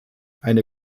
eine